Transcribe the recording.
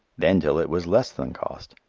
then till it was less than cost,